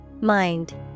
Mind